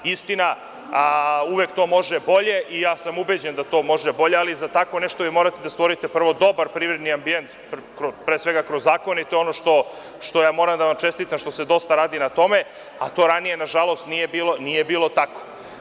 Istina, uvek to može bolje i ja sam ubeđen da može bolje, ali za tako nešto, vi morate da stvorite prvo dobar privredni ambijent, pre svega kroz zakon, i to je ono što moram da vam čestitam, što se dosta radi na tome, a to ranije, nažalost, nije bilo tako.